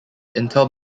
intel